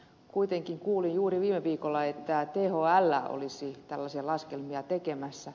kuitenkin kuulin juuri viime viikolla että thl olisi tällaisia laskelmia tekemässä